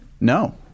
No